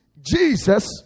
Jesus